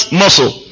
muscle